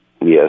Yes